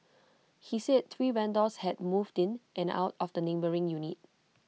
he said three vendors had moved in and out of the neighbouring unit